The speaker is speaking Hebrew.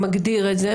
שמגדיר את זה,